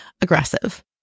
aggressive